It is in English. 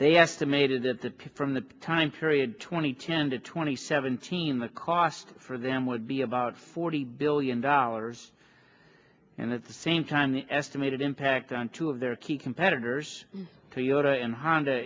they estimated at the peak from the time period twenty ten to twenty seventeen the cost for them would be about forty billion dollars and at the same time the estimated impact on two of their key competitors toyota and honda